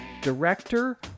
director